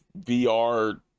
VR